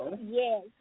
yes